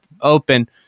Open